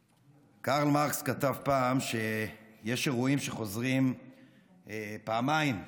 קרל מרקס כתב פעם שיש אירועים שחוזרים פעמיים בהיסטוריה,